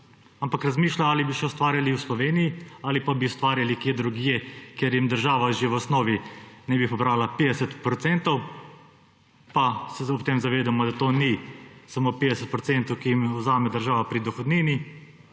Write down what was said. ampak razmišljajo, ali bi še ustvarjali v Sloveniji ali pa bi ustvarjali kje drugje, kjer jim država že v osnovi ne bi pobrala 50 %, pa se ob tem zavedamo, da to ni samo 50 %, ki jim jih vzame država pri dohodnini,